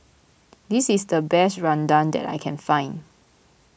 this is the best Rendang that I can find